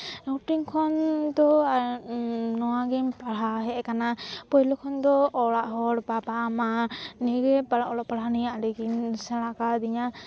ᱦᱩᱰᱤᱧ ᱠᱷᱚᱱ ᱫᱚ ᱱᱚᱣᱟ ᱜᱤᱧ ᱯᱟᱲᱦᱟᱣ ᱦᱮᱡ ᱠᱟᱱᱟ ᱯᱳᱭᱞᱳ ᱠᱷᱚᱱ ᱫᱚ ᱚᱲᱟᱜ ᱦᱚᱲ ᱵᱟᱵᱟ ᱢᱟ ᱱᱤᱭᱟᱹᱜᱮ ᱚᱞᱚᱜ ᱯᱟᱲᱦᱟᱜ ᱱᱤᱭᱟᱹ ᱟᱹᱰᱤ ᱠᱤᱱ ᱥᱮᱬᱟ ᱠᱟᱣᱫᱤᱧᱟᱹ